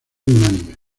unánime